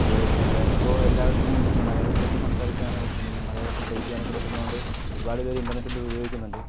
അപ്പോൾ ഈ മലയ ഇപ്പോൾ എല്ലാവർക്കും മലയാളത്തിലൊക്കെ സംസാരിക്കാനാകും മലയാളത്തിൽ ടൈപ്പ് ചെയ്യാനൊക്കെ പറ്റുന്നത് കൊണ്ട് ഒരുപാട് പേര് ഇൻ്റർനെറ്റ് ഉപയോഗിക്കുന്നുണ്ട്